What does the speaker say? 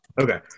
Okay